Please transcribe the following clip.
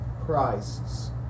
Christ's